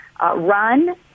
run